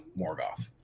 Morgoth